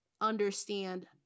understand